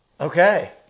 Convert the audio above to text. Okay